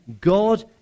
God